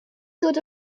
ddod